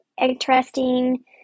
interesting